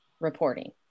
reporting